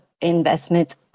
investment